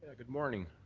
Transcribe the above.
ah good morning.